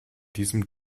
diesem